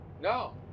No